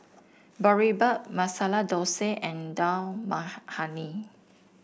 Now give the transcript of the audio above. Boribap Masala Dosa and Dal Makhani